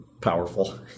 powerful